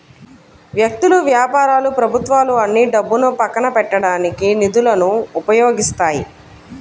వ్యక్తులు, వ్యాపారాలు ప్రభుత్వాలు అన్నీ డబ్బును పక్కన పెట్టడానికి నిధులను ఉపయోగిస్తాయి